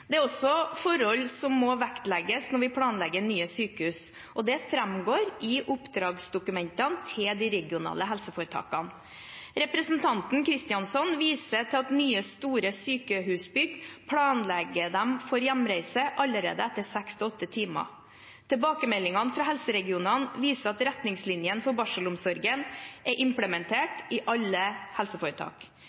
er også forhold som må vektlegges når vi planlegger nye sykehus, og det framgår i oppdragsdokumentene til de regionale helseforetakene. Representanten Kristjánsson viser til at i nye store sykehusbygg planlegger de for hjemreise allerede etter seks til åtte timer. Tilbakemeldingene fra helseregionene viser at retningslinjene for barselomsorgen er implementert i alle helseforetak.